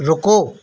रुको